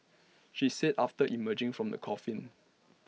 she said after emerging from the coffin